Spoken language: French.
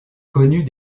connus